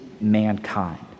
mankind